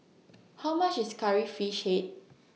How much IS Curry Fish Head